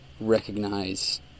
recognize